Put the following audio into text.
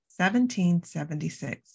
1776